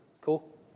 Cool